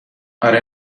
آره